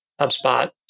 HubSpot